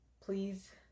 please